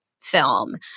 film